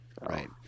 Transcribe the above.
Right